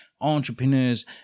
entrepreneurs